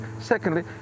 Secondly